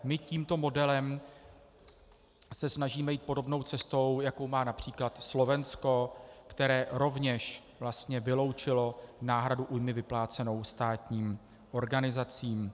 My se tímto modelem snažíme jít podobnou cestou, jako má např. Slovensko, které rovněž vlastně vyloučilo náhradu újmy vyplácenou státním organizacím.